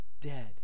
dead